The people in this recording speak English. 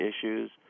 issues